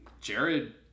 Jared